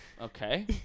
okay